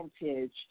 advantage